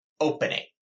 opening